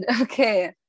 Okay